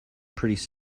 pretty